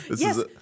Yes